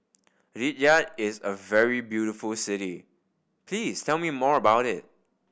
Riyadh is a very beautiful city please tell me more about it